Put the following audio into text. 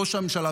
ראש הממשלה,